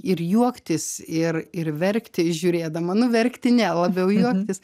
ir juoktis ir ir verkti žiūrėdama nu verkti ne labiau juoktis